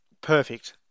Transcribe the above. perfect